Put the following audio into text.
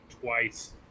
twice